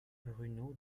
bruno